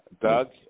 Doug